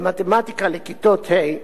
במתמטיקה בכיתות ה'